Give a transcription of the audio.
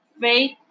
Faith